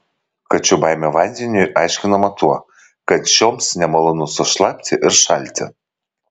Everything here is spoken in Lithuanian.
kačių baimė vandeniui aiškinama tuo kad šioms nemalonu sušlapti ir šalti